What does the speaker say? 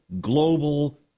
global